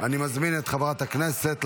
נעבור לנושא הבא על סדר-היום,